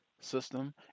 System